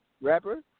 Rapper